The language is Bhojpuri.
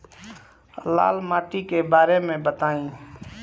लाल माटी के बारे में बताई